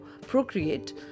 procreate